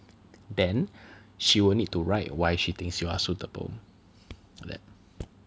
then she will need to write why she thinks you are suitable like that